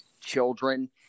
children